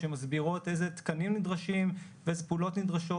שמסבירות איזה תקנים נדרשים ואיזה פעולות נדרשות,